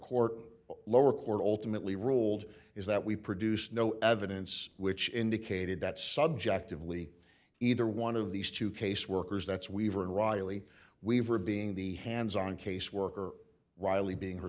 court lower court ultimately ruled is that we produced no evidence which indicated that subjectively either one of these two caseworkers that's weaver and riley weaver being the hands on caseworker riley being her